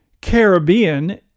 Caribbean